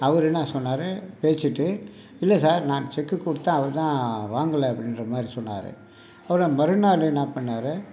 அவர் என்ன சொன்னார் பேசிவிட்டு இல்லை சார் நான் செக் கொடுத்தேன் அவர்தான் வாங்கலை அப்படீன்ற மாதிரி சொன்னார் அப்புறம் மறுநாள் என்ன பண்ணார்